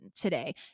today